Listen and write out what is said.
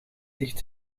dicht